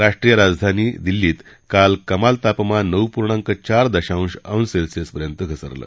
राष्ट्रीय राजधानी दिल्लीत काल कमाल तापमान नऊ पूर्णांक चार दशांश अंश सेल्सियसपर्यंत घसरलं